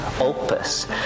opus